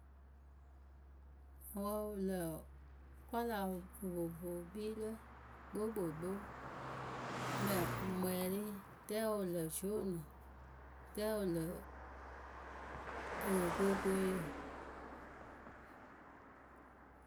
wɨ lǝ kɔla vovovo wɨ kpi lǝ kpokpokpo, mɛ wɨmwɛrɩ rɛwǝ lǝ zionǝ rɛ wɨ lǝ ewekokooyǝ.